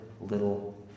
little